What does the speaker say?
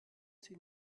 sie